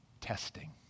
testing